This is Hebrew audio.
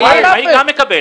גם העצמאי מקבל.